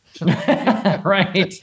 Right